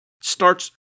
starts